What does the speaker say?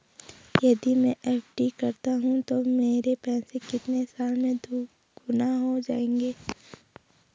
यदि मैं एफ.डी करता हूँ तो मेरे पैसे कितने साल में दोगुना हो जाएँगे?